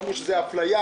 אמרו שזה אפליה,